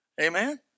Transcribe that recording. Amen